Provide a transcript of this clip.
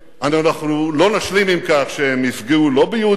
אנחנו לא נשלים עם כך שהם יפגעו, לא ביהודים,